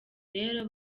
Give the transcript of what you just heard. rero